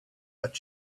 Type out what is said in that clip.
but